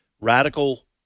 radical